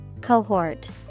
Cohort